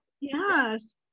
Yes